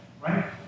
right